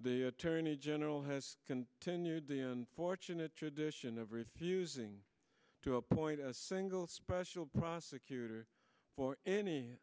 the attorney general has continued the unfortunate tradition of refusing to appoint a single special prosecutor for any